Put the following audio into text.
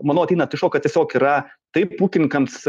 manau ateina iš to kad tiesiog yra taip ūkininkams